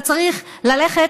אתה צריך ללכת,